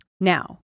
Now